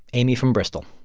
amy from bristol